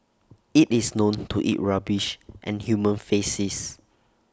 IT is known to eat rubbish and human faces